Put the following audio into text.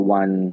one